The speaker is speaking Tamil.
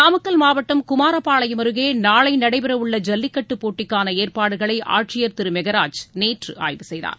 நாமக்கல் மாவட்டம் குமாரபாளையம் அருகே நாளை நடைபெறவுள்ள ஜல்லிக்கட்டு போட்டிக்கான ஏற்பாடுகளை ஆட்சியர் திரு மெகராஜ் நேற்று ஆய்வு செய்தார்